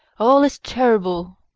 all is terrible,